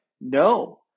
No